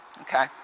Okay